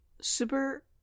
super